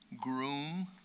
groom